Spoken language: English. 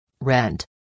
rent